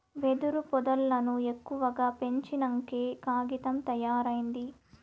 వెదురు పొదల్లను ఎక్కువగా పెంచినంకే కాగితం తయారైంది